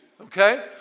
okay